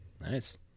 Nice